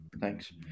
Thanks